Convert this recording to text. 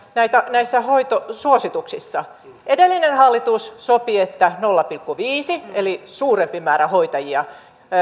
näissä hoitosuosituksissa edellinen hallitus sopi että nolla pilkku viisi eli suurempi määrä hoitajia